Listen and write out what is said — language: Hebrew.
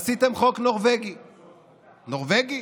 עשיתם חוק נורבגי, נורבגי?